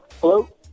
Hello